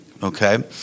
Okay